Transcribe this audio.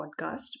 podcast